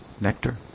nectar